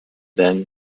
then